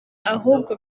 ahubwo